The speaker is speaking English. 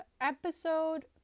Episode